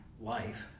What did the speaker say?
life